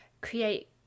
create